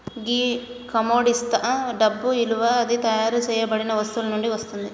గీ కమొడిటిస్తా డబ్బు ఇలువ అది తయారు సేయబడిన వస్తువు నుండి వస్తుంది